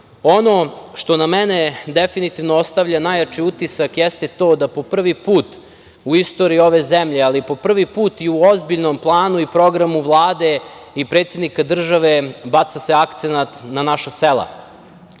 nas. Ono što na mene definitivno ostavlja najjači utisak jeste to da po prvi put u istoriji ove zemlje, ali po prvi put i u ozbiljnom planu i programu Vlade i predsednika države baca se akcenat na naša